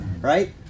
Right